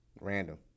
Random